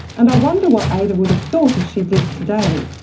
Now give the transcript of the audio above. and i wonder what ada would have thought if she'd lived today,